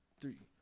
three